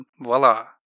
voila